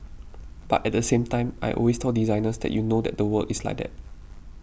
but at the same time I always tell designers that you know that the world is like that